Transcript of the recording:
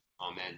Amen